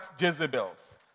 Jezebels